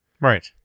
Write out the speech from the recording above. Right